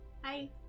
Hi